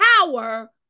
power